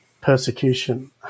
persecution